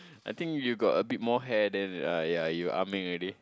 I think you've got a bit more hair then ah yeah you Ah-Meng already